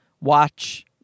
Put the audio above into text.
watch